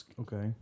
Okay